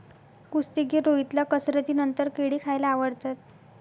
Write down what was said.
कुस्तीगीर रोहितला कसरतीनंतर केळी खायला आवडतात